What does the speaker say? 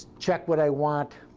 check what i want,